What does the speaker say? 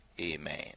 Amen